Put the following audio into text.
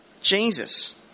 jesus